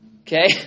okay